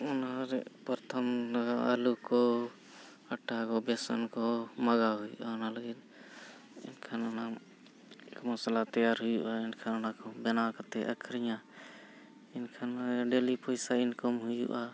ᱚᱱᱟᱨᱮ ᱯᱚᱨᱛᱷᱚᱢᱟ ᱟᱹᱞᱩ ᱠᱚ ᱟᱴᱟ ᱠᱚ ᱵᱮᱥᱚᱱ ᱠᱚ ᱢᱟᱸᱜᱟᱣ ᱦᱩᱭᱩᱜᱼᱟ ᱚᱱᱟ ᱞᱟᱹᱜᱤᱫ ᱮᱱᱠᱷᱟᱱ ᱚᱱᱟ ᱢᱚᱥᱞᱟ ᱛᱮᱭᱟᱨ ᱦᱩᱭᱩᱜᱼᱟ ᱮᱱᱠᱷᱟᱱ ᱚᱱᱟ ᱠᱚ ᱵᱮᱱᱟᱣ ᱠᱟᱛᱮᱫ ᱟᱹᱠᱷᱨᱤᱧᱟ ᱮᱱᱠᱷᱟᱱ ᱰᱮᱞᱤ ᱯᱚᱭᱥᱟ ᱤᱱᱠᱟᱢ ᱦᱩᱭᱩᱜᱼᱟ